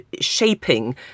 shaping